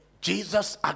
Jesus